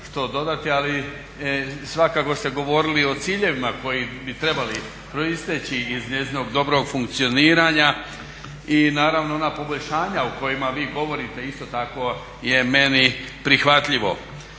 ali svakako ste govorili o ciljevima koji bi trebali proisteći iz njezinog dobrog funkcioniranja i naravno ona poboljšanja o kojima vi govorite isto tako je meni prihvatljivo.